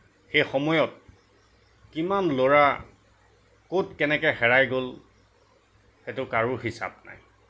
সেই সময়ত কিমান ল'ৰা ক'ত কেনেকৈ হেৰাই গ'ল সেইটো কাৰো হিচাপ নাই